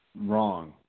wrong